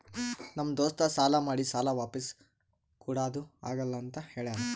ನಮ್ ದೋಸ್ತ ಸಾಲಾ ಮಾಡಿ ಸಾಲಾ ವಾಪಿಸ್ ಕುಡಾದು ಆಗಲ್ಲ ಅಂತ ಹೇಳ್ಯಾನ್